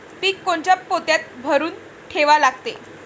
पीक कोनच्या पोत्यात भरून ठेवा लागते?